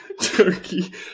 turkey